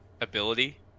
ability